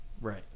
Right